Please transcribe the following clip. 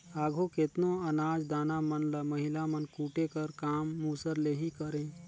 आघु केतनो अनाज दाना मन ल महिला मन कूटे कर काम मूसर ले ही करें